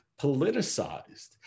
politicized